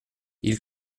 ils